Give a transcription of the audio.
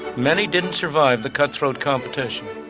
many didn't survive the cutthroat competition.